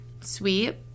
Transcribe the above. sweet